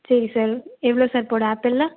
சரி சார் எவ்வளோ சார் போட ஆப்பிளில்